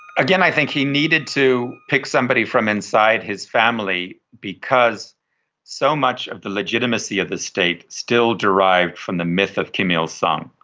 again, i think he needed to pick somebody from inside his family because so much of the legitimacy of the state still derived from the myth of kim il-sung.